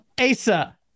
Asa